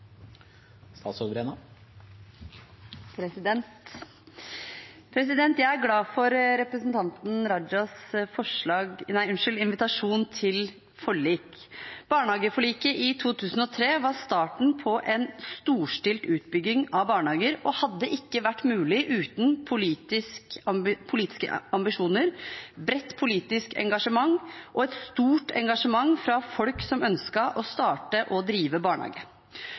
glad for representanten Rajas invitasjon til forlik. Barnehageforliket i 2003 var starten på en storstilt utbygging av barnehager og hadde ikke vært mulig uten politiske ambisjoner, bredt politisk engasjement og et stort engasjement fra folk som ønsket å starte og drive barnehage.